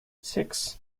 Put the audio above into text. six